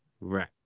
Right